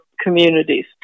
communities